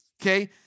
okay